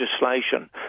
legislation